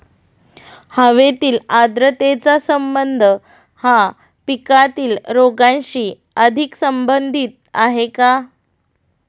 हवेतील आर्द्रतेचा संबंध हा पिकातील रोगांशी अधिक संबंधित आहे का?